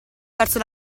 verso